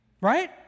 Right